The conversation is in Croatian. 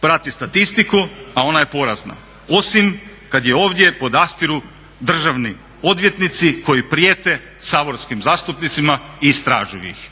prati statistiku a ona je porazna, osim kad je ovdje podastiru državni odvjetnici koji prijete saborskim zastupnicima i istražuju ih